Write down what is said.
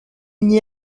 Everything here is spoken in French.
n’y